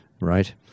Right